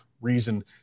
reason